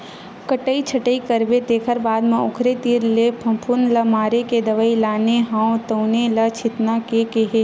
कटई छटई करबे तेखर बाद म ओखरे तीर ले फफुंद ल मारे के दवई लाने हव तउने ल छितना हे केहे हे